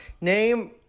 name